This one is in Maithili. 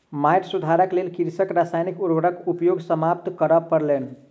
माइट सुधारक लेल कृषकक रासायनिक उर्वरक उपयोग समाप्त करअ पड़लैन